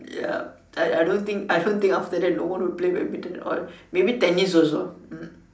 ya I don't think I don't think after that no one will play badminton at all maybe tennis also hmm